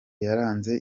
yaranze